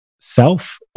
self